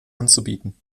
anzubieten